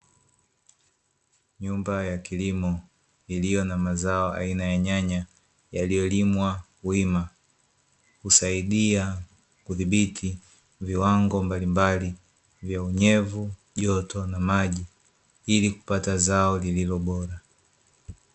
Nyumba ya kilimo iliyo na mazao aina ya nyanya yaliyolimwa wima, husaidia kudhibiti viwango mbalimbali vya unyevu, joto na maji ili kupata zao lililo bora.